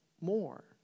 more